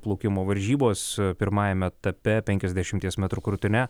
plaukimo varžybos pirmajame etape penkiasdešimties metrų krūtine